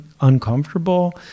uncomfortable